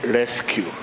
Rescue